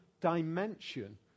dimension